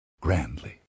grandly